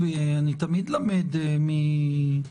קודם כול אני תמיד למד משותפיי.